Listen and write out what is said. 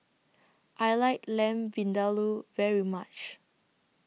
I like Lamb Vindaloo very much